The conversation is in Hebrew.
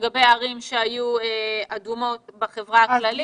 לגבי ערים שהיו אדומות בחברה הכללית.